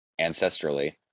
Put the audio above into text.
ancestrally